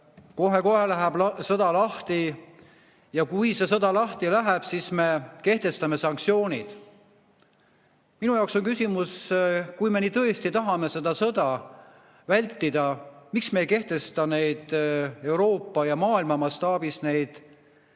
kohe-kohe läheb sõda lahti, ja kui see sõda lahti läheb, siis me kehtestame sanktsioonid. Minu jaoks on küsimus, et kui me tõesti tahame seda sõda vältida, siis miks me ei kehtesta neid sanktsioone Euroopa ja maailma mastaabis